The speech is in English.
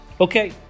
Okay